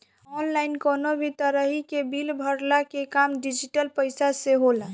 online कवनो भी तरही कअ बिल भरला कअ काम डिजिटल पईसा से होला